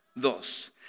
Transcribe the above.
Dos